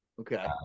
okay